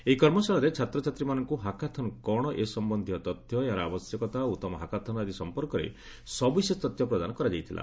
ଏହି କର୍ମଶାଳାରେ ଛାତ୍ରଛାତ୍ରୀମାନଙ୍କୁ ହାକାଥନ୍ କ'ଣ ଏ ସମ୍ୟନ୍ଧୀୟ ତଥ୍ୟ ଏହାର ଆବଶ୍ୟକତା ଉଉମ ହାକାଥନ୍ ଆଦି ସଂପର୍କରେ ସବିଶେଷ ତଥ୍ୟ ପ୍ରଦାନ କରାଯାଇଥିଲା